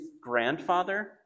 grandfather